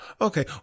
Okay